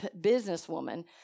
businesswoman